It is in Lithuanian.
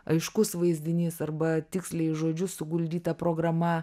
aiškus vaizdinys arba tiksliai žodžiu suguldyta programa